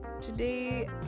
today